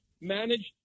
managed